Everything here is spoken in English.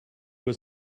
was